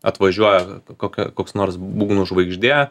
atvažiuoja kokia koks nors būgnų žvaigždė